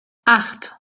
acht